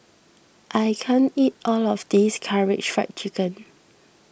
I can't eat all of this Karaage Fried Chicken